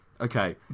Okay